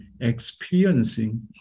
experiencing